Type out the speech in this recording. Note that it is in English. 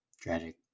Tragic